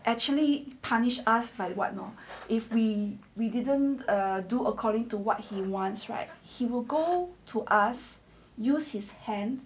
actually punish us by what you know if we we didn't do according to what he wants right he will go to us use his hand